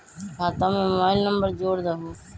खाता में mobile number जोड़ दहु?